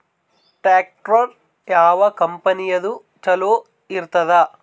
Tractor ಯಾವ ಕಂಪನಿದು ಚಲೋ ಇರತದ?